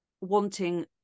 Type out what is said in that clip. wanting